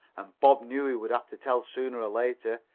and bob knew he would have to tell sooner or later,